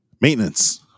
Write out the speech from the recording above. Maintenance